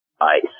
ice